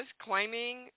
claiming